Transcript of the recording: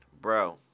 bro